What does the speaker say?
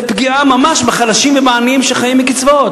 זה פגיעה ממש בחלשים ובעניים שחיים מקצבאות.